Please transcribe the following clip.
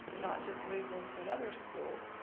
not just move them to another school.